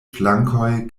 flankoj